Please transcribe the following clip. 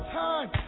time